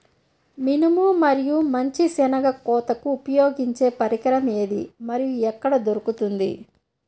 మినుము మరియు మంచి శెనగ కోతకు ఉపయోగించే పరికరం ఏది మరియు ఎక్కడ దొరుకుతుంది?